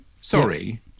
Sorry